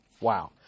wow